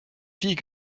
filles